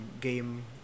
game